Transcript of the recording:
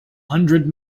hundred